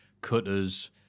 Cutters